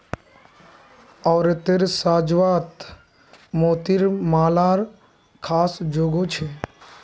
औरतेर साज्वात मोतिर मालार ख़ास जोगो छे